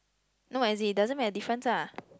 no as in it doesn't make a difference ah